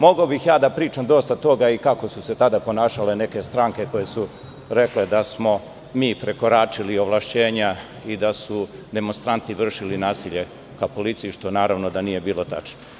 Mogao bih da pričam dosta toga, kako su se tada ponašale neke stranke koje su rekle da smo mi prekoračili ovlašćenja i da su demonstranti vršili nasilje nad policijom, što nije bilo tačno.